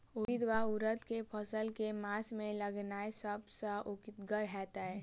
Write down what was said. उड़ीद वा उड़द केँ फसल केँ मास मे लगेनाय सब सऽ उकीतगर हेतै?